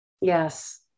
Yes